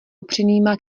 upřenýma